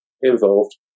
involved